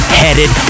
headed